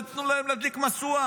עוד מעט ייתנו להם להדליק משואה.